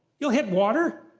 you'll hit water.